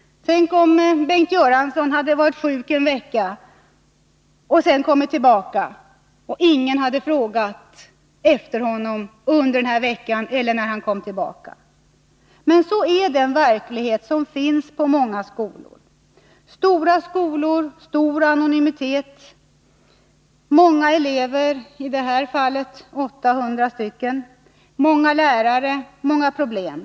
Tänk om Bengt Göransson hade varit sjuk en vecka och sedan kommit tillbaka till arbetet och ingen hade frågat efter honom under den här tiden eller när han kom tillbaka! Men sådan är den verklighet som finns på många skolor. Stora skolor — stor anonymitet. Många elever, i detta fall 800, och många lärare — många problem.